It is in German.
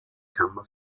kammer